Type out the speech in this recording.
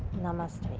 namaste.